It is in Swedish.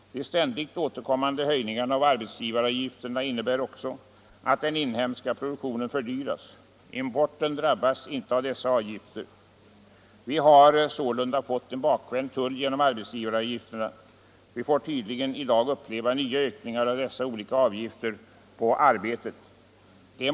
De ständigt återkommande höjningarna av arbetsgivaravgifterna innebär också att den inhemska produktionen fördyras. Importen drabbas inte av dessa avgifter. Vi har alltså fått en bakvänd tull genom arbetsgivaravgifterna, och vi får tydligen i dag uppleva nya ökningar av dessa olika avgifter på arbetet.